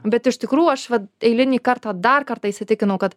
bet iš tikrųjų aš va eilinį kartą dar kartą įsitikinau kad